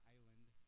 Island